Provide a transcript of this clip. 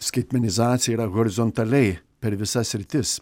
skaitmenizacija yra horizontaliai per visas sritis